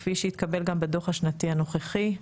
כפי שהתקבל גם בדו"ח השנתי הנוכחי.